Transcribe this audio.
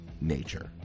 nature